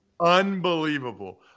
unbelievable